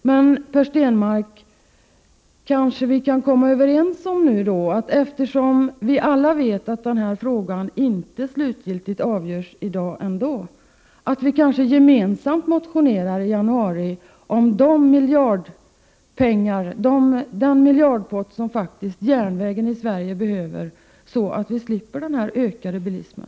Men, Per Stenmarck, kanske vi kan komma överens om att eftersom vi alla vet att den här frågan ändå inte kommer att slutgiltigt avgöras i dag, skall vi gemensamt motionera i januari om den miljardpott som järnvägen i Sverige behöver, så att vi slipper ökningen av bilismen.